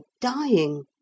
dying